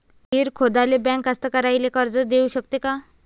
विहीर खोदाले बँक कास्तकाराइले कर्ज देऊ शकते का?